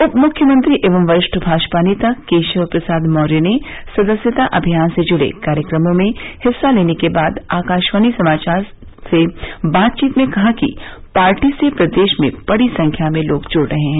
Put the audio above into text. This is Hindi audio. उपमुख्यमंत्री एवं वरिष्ठ भाजपा नेता केशव प्रसाद मौर्य ने सदस्यता अभियान से जुड़े कार्यक्रमों में हिस्सा लेने के बाद आकाशवाणी समाचार से बातचीत में कहा कि पार्टी से प्रदेश में बड़ी संख्या में लोग जुड़ रहे हैं